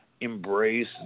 embrace